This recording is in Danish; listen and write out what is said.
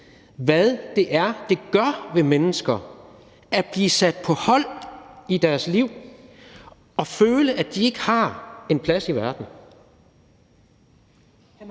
hvad det gør ved mennesker at blive sat på hold i deres liv og føle, at de ikke har en plads i verden.